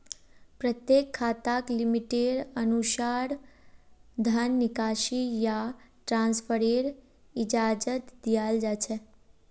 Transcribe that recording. प्रत्येक खाताक लिमिटेर अनुसा र धन निकासी या ट्रान्स्फरेर इजाजत दीयाल जा छेक